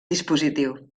dispositiu